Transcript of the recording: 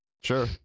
Sure